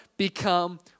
become